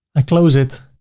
i close it